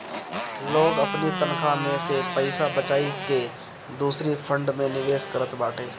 लोग अपनी तनखा में से पईसा बचाई के दूसरी फंड में निवेश करत बाटे